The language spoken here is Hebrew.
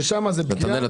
ושם הפגיעה --- נתנאל,